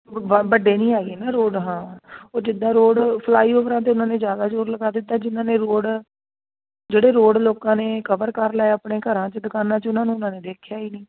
ਵੱਡੇ ਨਹੀਂ ਹੈਗੇ ਨਾ ਰੋਡ ਹਾਂ ਉਹ ਜਿੱਦਾਂ ਰੋਡ ਫਲਾਈਓਵਰਾਂ 'ਤੇ ਉਹਨਾਂ ਨੇ ਜ਼ਿਆਦਾ ਜ਼ੋਰ ਲਗਾ ਦਿੱਤਾ ਜਿਹਨਾਂ ਨੇ ਰੋਡ ਜਿਹੜੇ ਰੋਡ ਲੋਕਾਂ ਨੇ ਕਵਰ ਕਰ ਲਏ ਆਪਣੇ ਘਰਾਂ 'ਚ ਦੁਕਾਨਾਂ 'ਚ ਉਹਨਾਂ ਨੂੰ ਉਹਨਾਂ ਨੇ ਦੇਖਿਆ ਹੀ ਨਹੀਂ